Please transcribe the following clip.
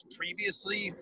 previously